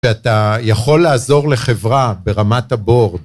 שאתה יכול לעזור לחברה ברמת הבור.